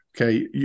Okay